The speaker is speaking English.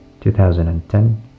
2010